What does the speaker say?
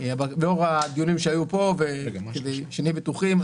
לאור הדיונים שהיו פה וכדי שנהיה בטוחים,